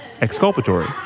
exculpatory